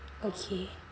okay